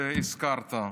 שהזכרת,